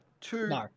Two